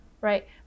Right